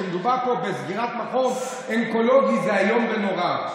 כשמדובר בסגירת מכון אונקולוגי, זה איום ונורא.